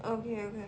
okay okay